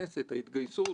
של אנשי המקצוע,